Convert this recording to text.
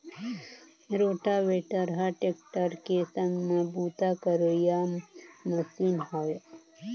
rotavator हर tractor के संघ में बूता करोइया मसीन हवे